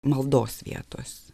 maldos vietos